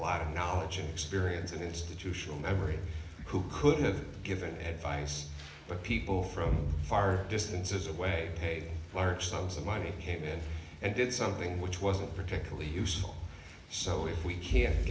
lot of knowledge and experience and institutional memory who could have given advice but people from far distances away large sums of money came in and did something which wasn't particularly useful so if we can